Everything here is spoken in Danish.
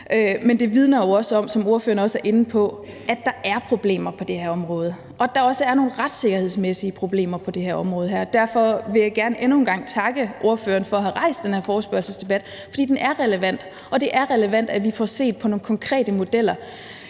også er inde på, at der er problemer på det her område, og at der også er nogle retssikkerhedsmæssige problemer på det her område. Derfor vil jeg gerne endnu en gang takke ordføreren for at have rejst den her forespørgselsdebat. Den er relevant, og det er relevant, at vi får set på nogle konkrete modeller.